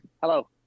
Hello